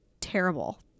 terrible